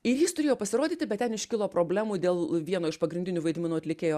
ir jis turėjo pasirodyti bet ten iškilo problemų dėl vieno iš pagrindinių vaidmenų atlikėjo